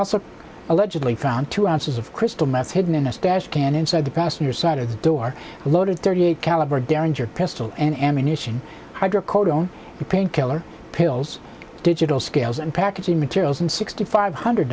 also allegedly found two ounces of crystal meth hidden in a stash can inside the passenger side of the door loaded thirty eight caliber derringer pistol and ammunition hydrocodone a pain killer pills digital scales and packaging materials and sixty five hundred